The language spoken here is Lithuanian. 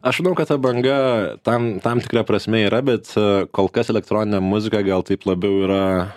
aš manau kad ta banga tam tam tikra prasme yra bet kol kas elektroninę muziką gal taip labiau yra